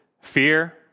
Fear